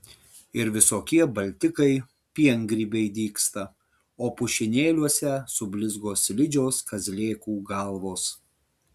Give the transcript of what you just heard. ir visokie baltikai piengrybiai dygsta o pušynėliuose sublizgo slidžios kazlėkų galvos